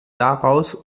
daraus